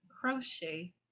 crochet